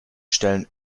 stellen